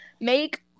make